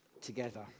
together